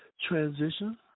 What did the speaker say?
transition